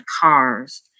cars